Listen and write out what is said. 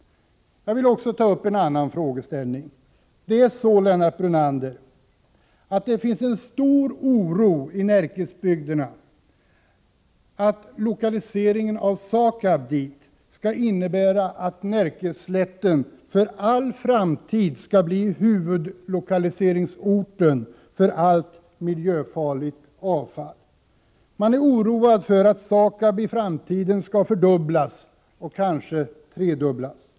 Jag vill också ta upp en annan frågeställning. Det är så, Lennart Brunander, att det finns stor oro i Närkebygderna för att lokaliseringen av SAKAB dit skall innebära att Närkeslätten för all framtid blir huvudlokaliseringsort för allt miljöfarligt avfall. Befolkningen är oroad för att SAKAB i framtiden skall fördubblas och kanske tredubblas.